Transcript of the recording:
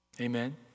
Amen